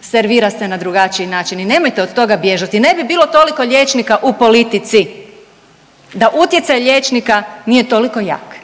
servira se na drugačiji način i nemojte od toga bježati. Ne bi bilo toliko liječnika u politici da utjecaj liječnika nije toliko jak